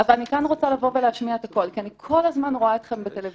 אבל אני כן רוצה לבוא ולהשמיע את הקול כי אני כל הזמן רואה אתכם בטלוויזיה